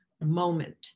moment